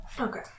Okay